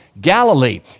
Galilee